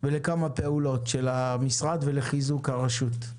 ולכמה פעולות של המשרד ולחיזוק הרשות.